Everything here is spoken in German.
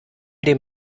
dem